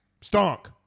Stunk